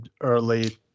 Early